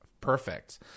perfect